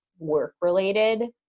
Work-related